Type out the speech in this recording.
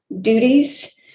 duties